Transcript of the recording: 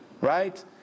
right